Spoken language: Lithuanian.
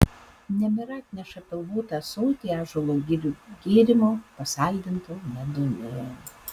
nemira atneša pilvotą ąsotį ąžuolo gilių gėrimo pasaldinto medumi